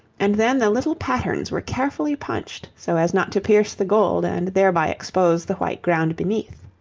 and then the little patterns were carefully punched so as not to pierce the gold and thereby expose the white ground beneath.